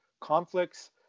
conflicts